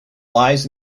lies